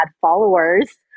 followers